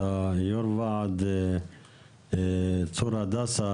יאיר קמייסקי, יו"ר ועד צור הדסה,